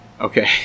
Okay